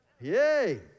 Yay